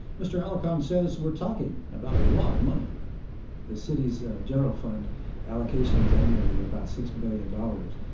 mr. alarcon says we're talking about a lot of money here the city's general fund allocations, annually, are about six billion dollars.